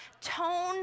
Tone